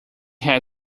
had